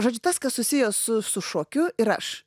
žodžiu tas kas susiję su su šokiu ir aš